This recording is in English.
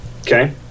Okay